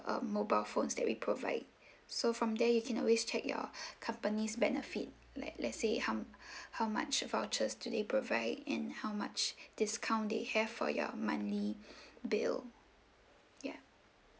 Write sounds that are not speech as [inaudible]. um mobile phones that we provide so from there you can always check your [breath] company's benefit like let's say how [breath] how much vouchers do they provide and how much discount they have for your monthly [breath] bill ya